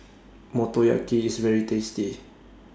Motoyaki IS very tasty